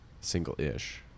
single-ish